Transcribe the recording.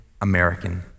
American